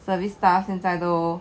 service staff 现在都